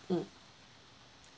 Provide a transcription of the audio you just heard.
mm